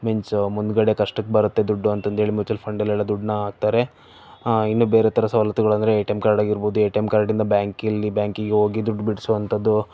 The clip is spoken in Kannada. ಮೀನ್ಸ್ ಮುಂದುಗಡೆ ಕಷ್ಟಕ್ಕೆ ಬರತ್ತೆ ದುಡ್ಡು ಅಂತ ಅಂಧೇಳಿ ಮ್ಯುಚುವಲ್ ಫಂಡ್ ಅಲ್ಲಿ ಎಲ್ಲ ದುಡ್ಡನ್ನ ಹಾಕ್ತಾರೆ ಇನ್ನು ಬೇರೆ ಥರ ಸವಲತ್ತುಗಳಂದರೆ ಎ ಟಿ ಎಂ ಕಾರ್ಡ್ ಆಗಿರ್ಬೋದು ಎ ಟಿ ಎಂ ಕಾರ್ಡ್ಯಿಂದ ಬ್ಯಾಂಕಲ್ಲಿ ಬ್ಯಾಂಕಿಗೆ ಹೋಗಿ ದುಡ್ಡು ಬಿಡಿಸುವಂಥದ್ದು